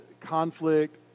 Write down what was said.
conflict